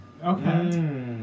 Okay